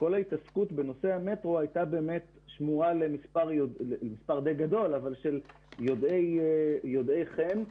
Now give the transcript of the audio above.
כל ההתעסקות בנושא המטרו הייתה שמורה למספר די גדול של יודעי חן,